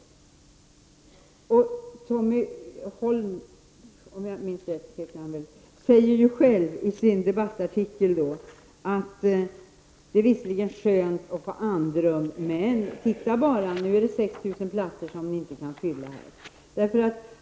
Tommy Holm -- om jag minns namnet rätt -- säger ju själv i sin debattartikel att det visserligen är skönt att få andrum, men se bara -- nu är det 6 000 platser som vi inte kan fylla.